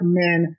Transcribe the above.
men